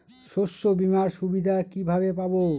শস্যবিমার সুবিধা কিভাবে পাবো?